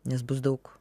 nes bus daug